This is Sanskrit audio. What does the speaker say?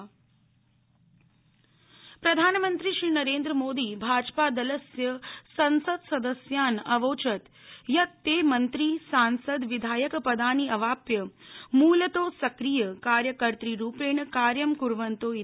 प्रधानमंत्री प्रधानमंत्री नरद्विमोदी भाजपा दलस्य संसत्सदस्यान् अवोचत् यत् तक् मंत्री सांसद विधायकपदानि अवाप्य मूलतो सक्रिय कार्यकर्तृरूपण कार्य कुर्वन्तो इति